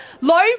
Low